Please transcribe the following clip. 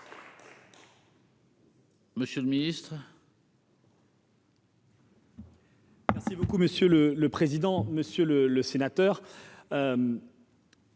Monsieur le Ministre.